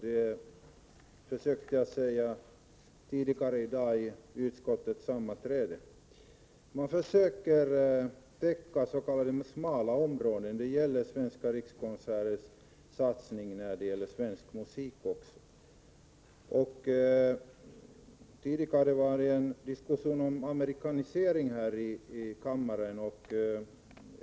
Det försökte jag säga tidigare i dag i utskottets sammanträde. Man försöker täcka in s.k. smala områden. Det gäller också i fråga om Svenska rikskonserters satsning på svensk musik. Vi hade tidigare här i kammaren en diskussion om amerikanisering.